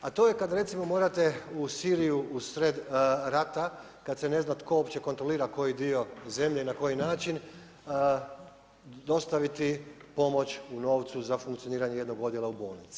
A to je kad redimo morate u Siriju u sred rata, kad se ne zna tko uopće kontrolira koji dio zemlje i na koji način, dostaviti pomoć u novcu za funkcioniranje jednog odjela u bolnici.